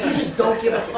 just don't give a